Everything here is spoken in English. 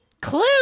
clue